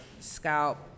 scalp